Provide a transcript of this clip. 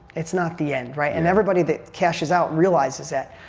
it's not the end, right? and everybody that cashes out realizes that.